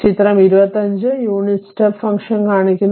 ചിത്രം 25 unit step function കാണിക്കുന്നു